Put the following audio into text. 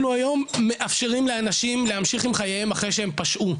אנחנו היום מאפשרים לאנשים להמשיך עם חייהם אחרי שהם פשעו,